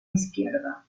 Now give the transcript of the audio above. izquierda